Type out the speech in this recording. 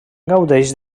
gaudeix